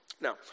now